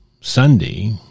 Sunday